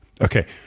Okay